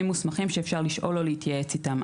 מוסמכים שאפשר לשאול או להתייעץ איתם.